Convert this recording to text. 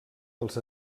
dels